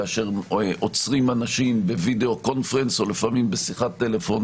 כאשר עוצרים אנשים בווידאו קונפרנס או לפעמים בשיחת טלפון,